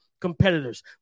competitors